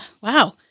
wow